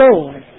Lord